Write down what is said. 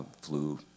flu